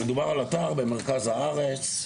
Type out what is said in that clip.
מדובר על אתר במרכז הארץ,